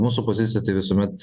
mūsų pozicija tai visuomet